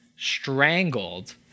strangled